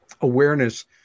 awareness